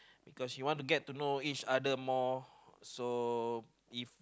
because you want to get to know each other more so if